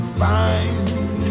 find